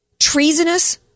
treasonous